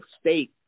state